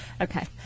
Okay